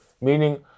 meaning